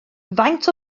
faint